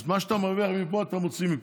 אז מה שאתה מרוויח מפה אתה מוציא מפה.